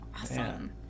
awesome